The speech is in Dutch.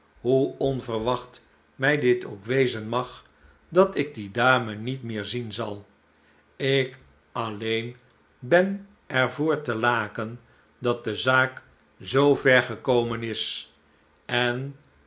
hoe onverwacht mij dit ook wezen mag dat ik die dame niet meer zien zal ik alleen ben er voor te laken dat de zaak zoover gekomen is en